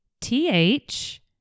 TH